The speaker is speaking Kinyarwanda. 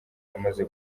amaze